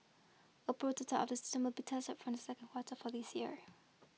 a prototype the system be tested from the second quarter for this year